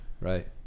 Right